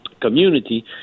community